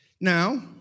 Now